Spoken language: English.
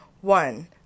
One